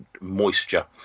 moisture